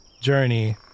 journey